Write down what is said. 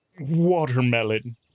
watermelon